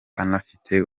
anafite